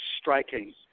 striking